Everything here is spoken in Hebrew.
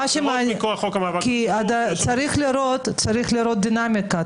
מכוח חוק המאבק --- צריך לראות דינאמיקה.